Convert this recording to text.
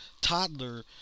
toddler